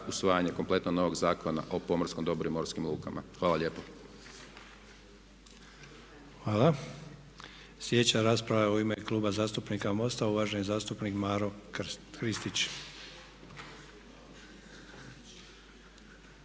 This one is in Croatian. usvajanje kompletno novog Zakona o pomorskom dobru i morskim lukama. Hvala lijepo. **Sanader, Ante (HDZ)** Hvala. Sljedeća rasprava je u ime Kluba zastupnika MOST-a uvaženi zastupnik Maro Kristić.